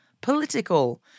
political